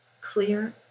clear